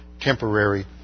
temporary